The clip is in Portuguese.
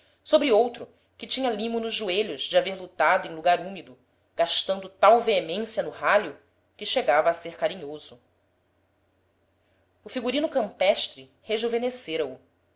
sobre outro que tinha limo nos joelhos de haver lutado em lugar úmido gastando tal veemência no ralho que chegava a ser carinhoso o figurino campestre rejuvenescera o